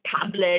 tablet